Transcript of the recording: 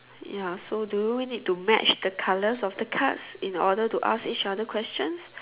ya so do we need to match the colours of the cards in order to ask each other questions